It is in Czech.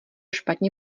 špatně